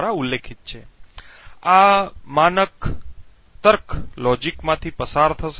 તેથી જો આપણે ટિકીંગ ટાઈમ બોમ્બના ટ્રિગર કેવી રીતે ડિઝાઇન કરવામાં આવશે તે વિશે વિગતવાર જોઈએ તો પછી ડિઝાઇન કંઈક આવું દેખાશે